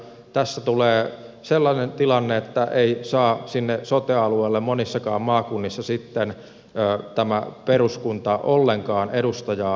tässä tulee sellainen tilanne että ei saa sinne sote alueelle monissakaan maakunnissa sitten tämä peruskunta ollenkaan edustajaa